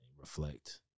reflect